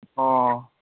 ꯑꯣ